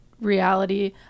reality